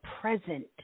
present